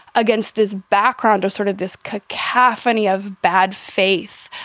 against this background or sort of this cacophony of bad faith,